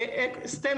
ל- STEAM,